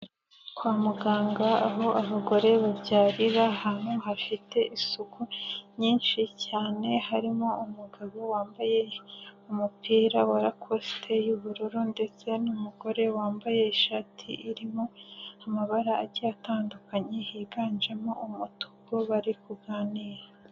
Kwa muganga aho abagore babyarira, ahantu hafite isuku nyinshi cyane harimo umugabo wambaye umupira wa rakosite y'ubururu ndetse n'umugore wambaye ishati irimo amabara agiye atandukanye higanjemo umutuku bari kuganira.